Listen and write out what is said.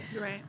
Right